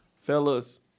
Fellas